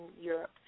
Europe